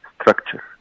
structure